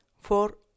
four